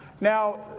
Now